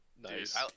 nice